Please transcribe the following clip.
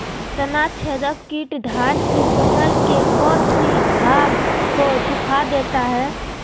तनाछदेक किट धान की फसल के कौन सी भाग को सुखा देता है?